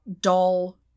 doll